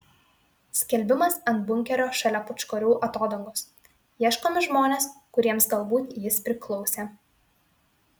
skelbimas ant bunkerio šalia pūčkorių atodangos ieškomi žmonės kuriems galbūt jis priklausė